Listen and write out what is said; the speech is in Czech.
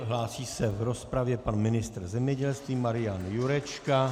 Hlásí se v rozpravě pan ministr zemědělství Marian Jurečka.